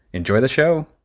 enjoy the show